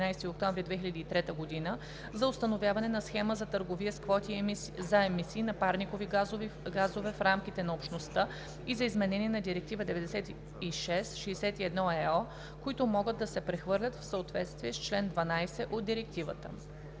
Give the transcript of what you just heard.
за установяване на схема за търговия с квоти за емисии на парникови газове в рамките на Общността и за изменение на Директива 96/61/ЕО, които могат да се прехвърлят в съответствие с член 12 от директивата.“